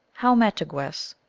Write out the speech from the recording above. how mahtigivess,